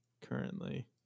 currently